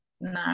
No